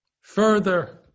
further